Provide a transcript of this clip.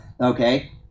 Okay